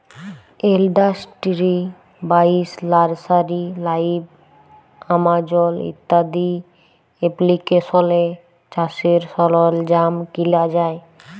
industry বাইশ, nursery লাইভ, Amazon ইত্যাদি এপ্লিকেশলে চাষের সরল্জাম কিলা যায়